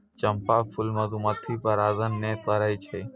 चंपा फूल मधुमक्खी परागण नै करै छै